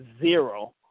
zero